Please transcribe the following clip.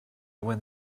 when